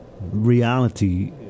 reality